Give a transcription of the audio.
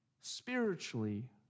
spiritually